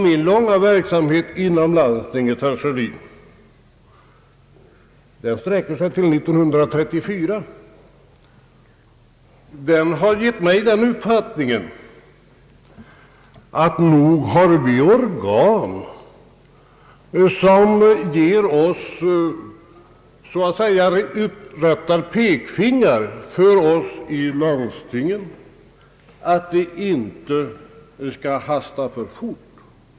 Min långa verksamhet inom landstinget — alltsedan 1934 — har gett mig den uppfattningen att vi har organ, som så att säga sträcker ut pekfingrar och manar oss i landstingen att inte hasta för fort.